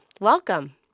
Welcome